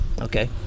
okay